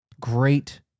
great